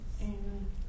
Amen